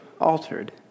altered